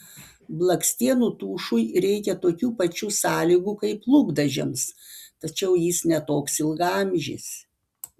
blakstienų tušui reikia tokių pačių sąlygų kaip lūpdažiams tačiau jis ne toks ilgaamžis